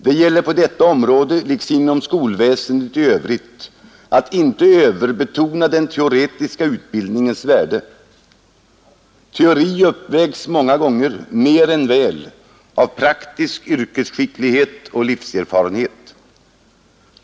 Det gäller på detta område liksom inom skolväsendet i övrigt att inte överbetona den teoretiska utbildningens värde. Teori uppvägs många gånger mer än väl av praktisk yrkesskicklighet och livserfarenhet.